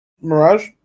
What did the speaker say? Mirage